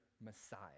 Messiah